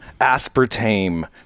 aspartame